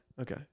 okay